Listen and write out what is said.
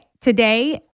today